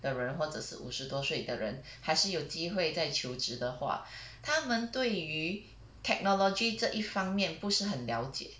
的人或者是五十多岁的人还是有机会在求职的话他们对于 technology 这一方面不是很了解